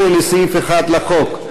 13 לסעיף 1 לחוק.